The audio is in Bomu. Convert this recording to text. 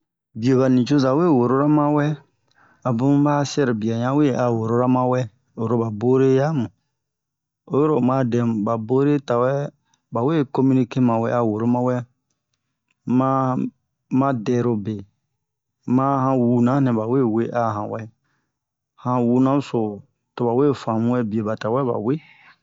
bia bani cozawe worora mawɛ abun ba sɛro bia yanwe a worola mawɛ oro ba bore yamu oyiro oma dɛmu ba bore tawɛ bawe communiquer mawɛ a worora mawɛ ma madɛrobe ma han wunanɛ bawe we a yanwɛ han wunanso to bawe famuwɛ bie ba tawɛ abawe